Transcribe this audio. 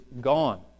gone